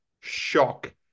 shock